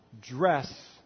dress